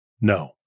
No